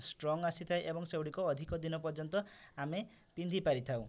strong ଆସି ଥାଏ ଏବଂ ସେଗୁଡ଼ିକ ଅଧିକ ଦିନ ପର୍ଯ୍ୟନ୍ତ ଆମେ ପିନ୍ଧି ପାରିଥାଉ